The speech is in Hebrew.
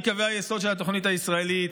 קווי היסוד של התוכנית הישראלית,